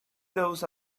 those